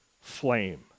flame